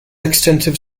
extensive